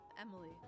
Emily